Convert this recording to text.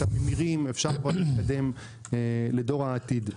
את הממירים ואפשר כבר להתקדם לדור העתיד.